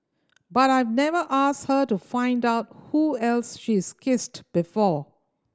but I've never asked her to find out who else she's kissed before